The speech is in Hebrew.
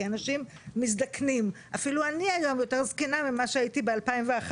כי אנשים מזדקנים אפילו אני היום יותר זקנה ממה שהייתי ב-2011,